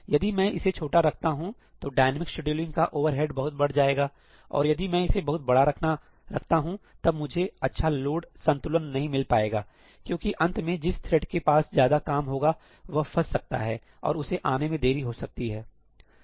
यदि मैं इसे छोटा रखता हूं तो डायनेमिक शेड्यूलिंग का ओवरहेड बहुत बढ़ जाएगा और यदि मैं इसे बहुत बड़ा रखता हूं तब मुझे अच्छा लोड संतुलन नहीं मिल पाएगा क्योंकि अंत में जिस थ्रेड के पास ज्यादा काम होगा वह फंस सकता है और उसे आने में देरी हो सकती है